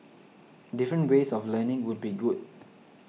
different ways of learning would be good